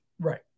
Right